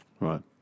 Right